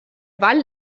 wall